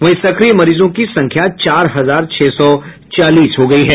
वहीं सक्रिय मरीजों की संख्या चार हजार छह सौ चालीस हो गयी है